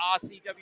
RCW